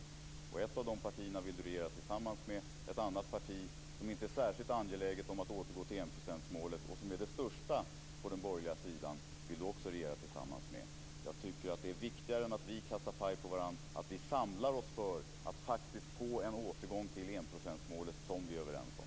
Ett av dessa partier vill Ingrid Näslund regera tillsammans med. Ett annat parti, som inte är särskilt angeläget om att återgå till enprocentsmålet och som är det största på den borgerliga sidan, vill Ingrid Näslund också regera tillsammans med. Viktigare än att vi kastar paj på varandra är att vi samlar oss för att faktiskt få en återgång till enprocentsmålet, som vi är överens om.